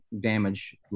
damage